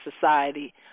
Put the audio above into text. Society